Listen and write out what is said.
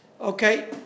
Okay